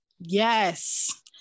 Yes